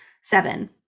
seven